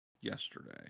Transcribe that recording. yesterday